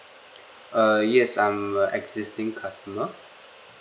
uh yes I'm a existing customer